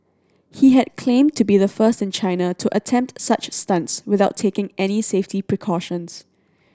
he had claimed to be the first in China to attempt such stunts without taking any safety precautions